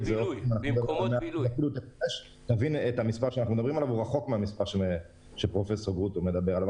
המספר הזה רחוק מהמספר שפרופסור גרוטו מדבר עליו.